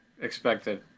expected